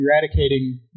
eradicating